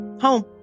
home